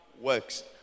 works